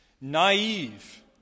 naive